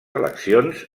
eleccions